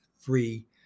free